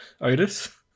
Otis